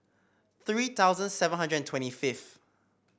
three thousand seven hundred and twenty fifth